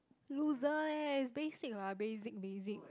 loser eh is basic lah basic basic